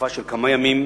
לתקופה של כמה ימים